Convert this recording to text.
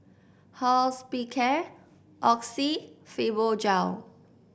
Hospicare Oxy Fibogel